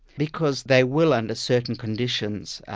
because they will, under certain conditions,